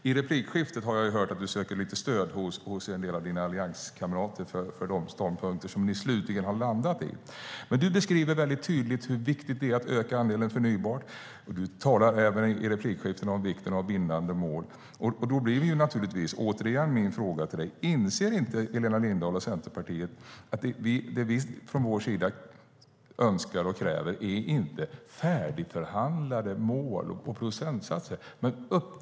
I replikskiftet har jag hört att du söker lite stöd hos en del av dina allianskamrater för de ståndpunkter som ni slutligen har landat i. Men du beskriver tydligt hur viktigt det är att öka andelen förnybart. Du talar även i replikskiften om vikten av bindande mål. Då blir naturligtvis återigen min fråga: Inser inte Helena Lindahl och Centerpartiet att det vi från vår sida önskar och kräver inte är färdigförhandlade mål och procentsatser?